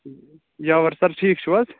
Yawar sir ٹھیٖک چھُو حظ